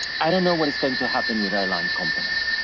i don't know what is going to happen with airline companies,